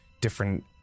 different